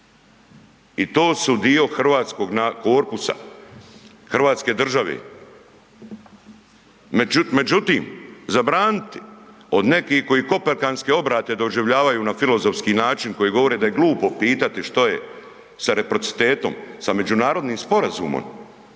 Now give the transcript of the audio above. i to su dio hrvatskog korpusa, hrvatske države. Međutim, zabraniti od nekih koji koperkanske doživljavaju na filozofski način koji govore da je glupo pitati što je sa reciprocitetom, sa međunarodnim sporazumom